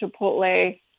Chipotle